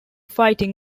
fighting